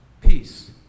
Peace